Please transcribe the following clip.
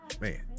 Man